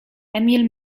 emil